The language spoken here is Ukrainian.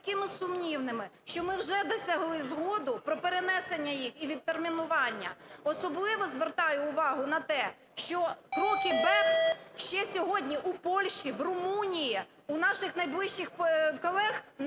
такими сумнівними, що ми вже досягли згоду про перенесення їх відтермінування. Особливо звертаю увагу на те, що кроки BEPS ще сьогодні у Польщі, в Румунії, у наших найближчих колег не